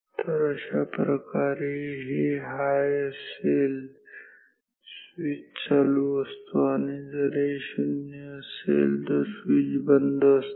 तर अशाप्रकारे जर हे हाय असेल स्विच चालू असतो आणि जर हे 0 असेल तर स्विच बंद असतो